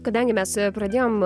kadangi mes pradėjom